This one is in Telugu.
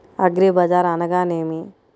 అగ్రిబజార్ అనగా నేమి?